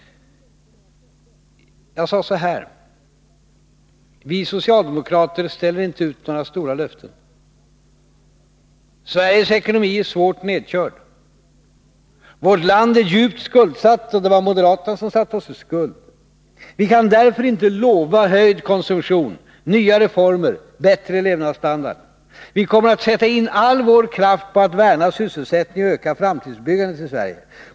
Jag sade så här: ”Vi socialdemokrater ställer inte ut några stora löften. Sveriges ekonomi är svårt nedkörd. Vårt land är djupt skuldsatt, och det var moderaterna som satte oss i skuld. Vi kan därför inte lova höjd konsumtion, nya reformer, bättre levnadsstandard. Vi kommer att sätta in all vår kraft på att värna sysselsättningen och öka framtidsbyggandet i Sverige.